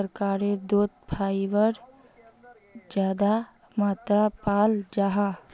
शकार्कंदोत फाइबर ज्यादा मात्रात पाल जाहा